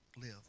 live